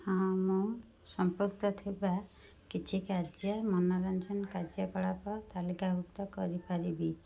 ଆମେ ସମ୍ପର୍କ ଥିବା କିଛି କାର୍ଯ୍ୟ ମନୋରଞ୍ଜନ କାର୍ଯ୍ୟକଳାପ ତାଲିକାଭୁକ୍ତ କରିପାରିବି